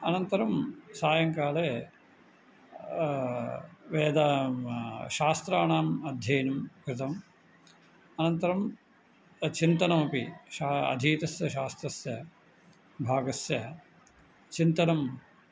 अनन्तरं सायङ्काले वेद शास्त्राणाम् अध्ययनं कृतम् अनन्तरं तच्चिन्तनमपि शा अधीतस्य शास्त्रस्य भागस्य चिन्तनम्